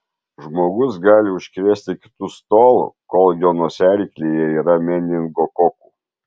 žmogus gali užkrėsti kitus tol kol jo nosiaryklėje yra meningokokų